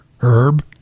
Herb